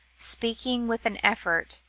speaking with an effort,